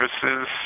services